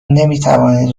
نمیتوانید